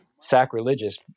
sacrilegious